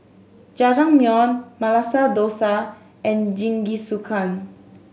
Jajangmyeon Masala Dosa and Jingisukan